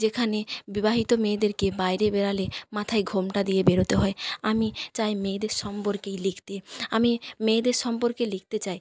যেখানে বিবাহিত মেয়েদেরকে বাইরে বেরালে মাথায় ঘোমটা দিয়ে বেরোতে হয় আমি চাই মেয়েদের সম্পর্কেই লিখতে আমি মেয়েদের সম্পর্কে লিখতে চাই